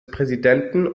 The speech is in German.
präsidenten